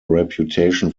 reputation